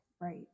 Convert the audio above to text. Right